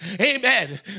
Amen